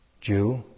Jew